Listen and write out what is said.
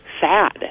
sad